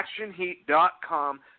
actionheat.com